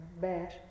ver